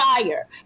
fire